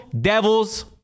devils